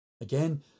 Again